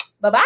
Bye-bye